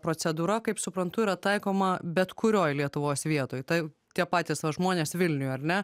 procedūra kaip suprantu yra taikoma bet kurioj lietuvos vietoj tai tie patys va žmonės vilniuj ar ne